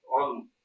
on